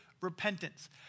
repentance